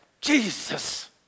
Jesus